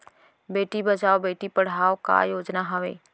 बेटी बचाओ बेटी पढ़ाओ का योजना हवे?